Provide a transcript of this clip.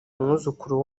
umwuzukuru